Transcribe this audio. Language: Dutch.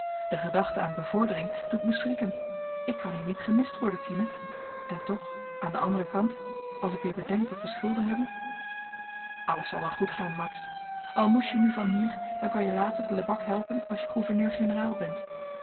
de gedachte aan bevordering doet me schrikken ik kan hier niet gemist worden tine en toch aan den anderen kant als ik weer bedenk dat we schulden hebben alles zal wel goed gaan max al moest je nu van hier dan kan je later lebak helpen als je gouverneur-generaal bent